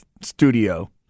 studio